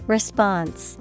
Response